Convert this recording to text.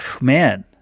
man